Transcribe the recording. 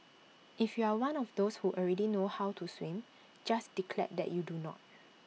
if you are one of those who already know how to swim just declare that you do not